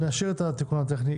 נשאיר את התיקון הטכני.